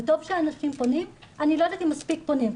טוב שאנשים פונים, ואני לא יודעת אם מספיק פונים.